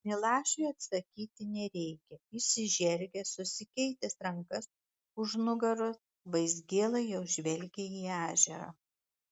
milašiui atsakyti nereikia išsižergęs susikeitęs rankas už nugaros vaizgėla jau žvelgia į ežerą